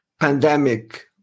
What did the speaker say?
pandemic